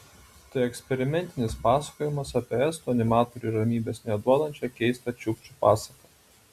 tai eksperimentinis pasakojimas apie estų animatoriui ramybės neduodančią keistą čiukčių pasaką